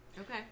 Okay